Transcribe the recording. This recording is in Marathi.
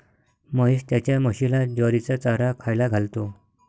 महेश त्याच्या म्हशीला ज्वारीचा चारा खायला घालतो